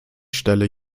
stelle